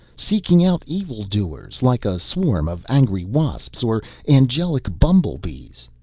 seeking out evil-doers, like a swarm of angry wasps or angelic bumblebees?